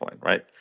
right